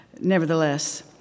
nevertheless